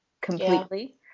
completely